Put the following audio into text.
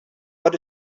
what